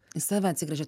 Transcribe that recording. į save atsigręžėt